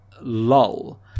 lull